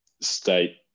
state